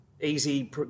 easy